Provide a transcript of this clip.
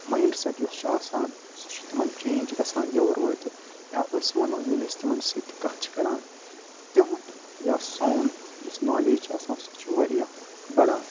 mind set یُس چھِ آسان سُہ چھِ تِمَن چینٛج گژھان یور وٲتِتھ یا أسۍ وَنو ییٚلہِ أسۍ تِمَن سۭتۍ کَتھ چھِ کران تِہُنٛد یا سون یُس نالیج چھِ آسان سُہ چھِ واریاہ بَڑان